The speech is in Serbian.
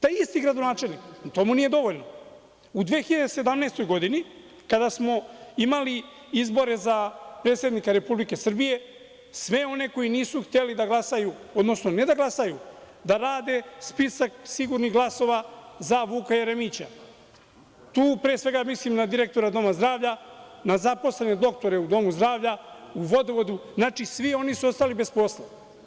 Taj isti gradonačelnik, to mu nije dovoljno, u 2017. godini, kada smo imali izbore za predsednika Republike Srbije, sve one koji nisu hteli da glasaju, odnosno ne da glasaju, da rade spisak sigurnih glasova za Vuka Jeremića, tu pre svega mislim da direktora doma zdravlja, na zaposlene doktore u domu zdravlja, u vodovodu, svi oni su ostali bez posla.